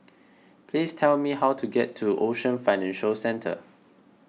please tell me how to get to Ocean Financial Centre